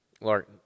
Lord